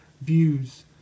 views